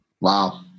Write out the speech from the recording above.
Wow